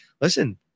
listen